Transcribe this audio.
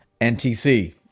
ntc